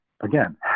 again